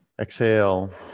exhale